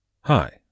Hi